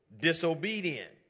disobedient